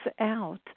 out